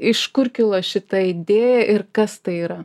iš kur kilo šita idėja ir kas tai yra